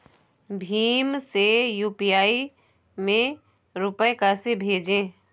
भीम से यू.पी.आई में रूपए कैसे भेजें?